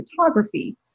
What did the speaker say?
photography